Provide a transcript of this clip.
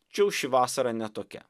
tačiau ši vasara ne tokia